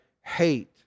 hate